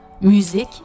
musique